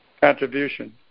contribution